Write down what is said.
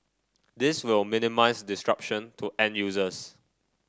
this will minimize disruption to end users